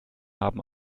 haben